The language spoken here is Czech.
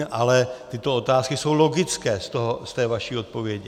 Ale tyto otázky jsou logické z té vaší odpovědi.